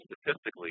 statistically